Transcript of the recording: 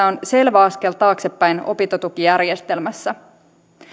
on selvä askel taaksepäin opintotukijärjestelmässä